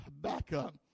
backup